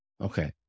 Okay